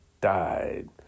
died